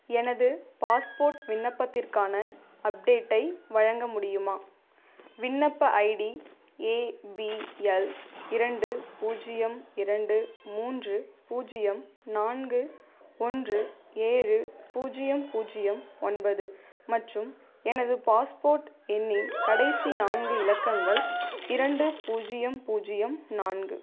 எனது பாஸ்போர்ட் விண்ணப்பத்திற்கான அப்டேட்டை வழங்க முடியுமா விண்ணப்ப ஐடி ஏ பி எல் இரண்டு பூஜ்ஜியம் இரண்டு மூன்று பூஜ்ஜியம் நான்கு ஒன்று ஏழு பூஜ்ஜியம் பூஜ்ஜியம் ஒன்பது மற்றும் எனது பாஸ்போர்ட் எண்ணின் கடைசி நான்கு இலக்கங்கள் இரண்டு பூஜ்ஜியம் பூஜ்ஜியம் நான்கு